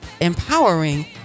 empowering